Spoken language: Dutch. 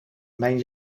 mijn